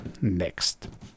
next